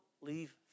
leave